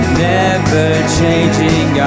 never-changing